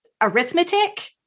arithmetic